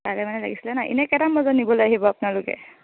কাইলৈ মানে লাগিছিলে ন এনেই কেইটামান বজাত নিবলৈ আহিব আপোনালোকে